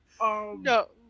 No